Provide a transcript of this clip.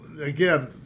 again